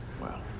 Wow